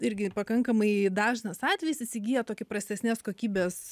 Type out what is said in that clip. irgi pakankamai dažnas atvejis įsigiję tokį prastesnės kokybės